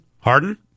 Harden